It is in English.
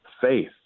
faith